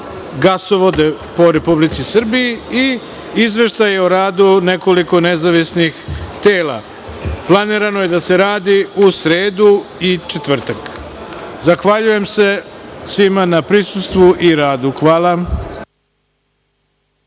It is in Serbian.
gasovode u Republici Srbiji i izveštaj o radu nekoliko nezavisnih tela. Planirano je da se radi u sredu i u četvrtak. Zahvaljujem se svima na prisustvu i radu. Hvala.(Sednica